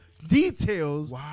Details